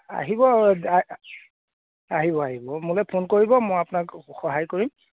আহিব আহিব আহিব মোলৈ ফোন কৰিব মই আপোনাক সহায় কৰিম